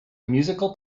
musical